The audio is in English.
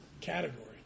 category